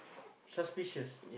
suspicious